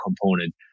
component